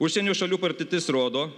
užsienio šalių patirtis rodo